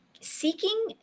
seeking